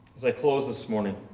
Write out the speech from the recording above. as i close this morning,